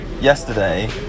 yesterday